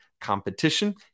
competition